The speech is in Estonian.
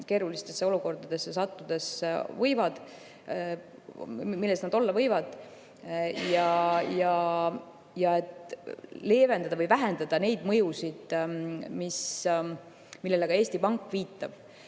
keerulistesse olukordadesse sattudes tekkida võivad, leevendada või vähendada neid mõjusid, millele ka Eesti Pank viitab.